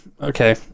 okay